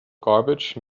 garbage